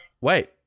wait